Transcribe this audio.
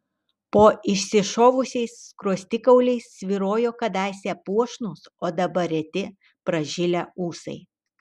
po išsišovusiais skruostikauliais svyrojo kadaise puošnūs o dabar reti pražilę ūsai